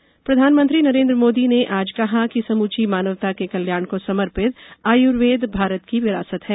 आयुर्वेद दिवस प्रधानमंत्री नरेन्द्र मोदी ने आज कहा कि समूची मानवता के कल्याण को समर्पित आयुर्वेद भारत की विरासत है